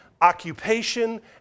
occupation